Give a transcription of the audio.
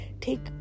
take